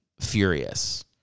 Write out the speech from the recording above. furious